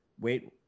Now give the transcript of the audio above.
wait